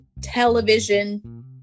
television